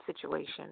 situation